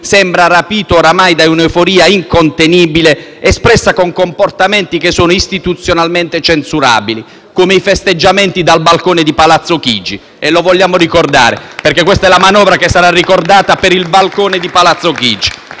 sembra oramai rapito da un'euforia incontenibile espressa con comportamenti che sono istituzionalmente censurabili, come i festeggiamenti dal balcone di Palazzo Chigi. *(Applausi dal Gruppo FI-BP)*. E lo vogliamo ricordare perché questa manovra sarà ricordata per il balcone di Palazzo Chigi.